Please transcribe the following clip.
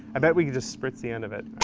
i bet we can just spritz the end of it.